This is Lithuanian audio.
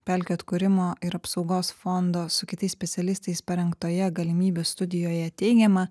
pelkių atkūrimo ir apsaugos fondo su kitais specialistais parengtoje galimybių studijoje teigiama